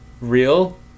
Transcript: real